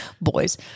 Boys